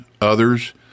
others